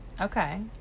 Okay